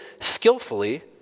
skillfully